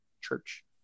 church